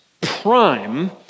prime